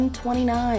129